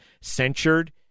censured